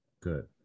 good